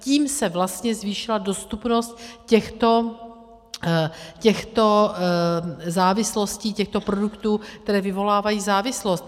Tím se vlastně zvýšila dostupnost těchto závislostí, těchto produktů, které vyvolávají závislost.